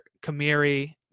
Kamiri